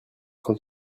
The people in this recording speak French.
train